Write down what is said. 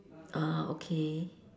ah okay